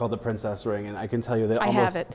called the princess ring and i can tell you that i have it